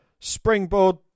Springboard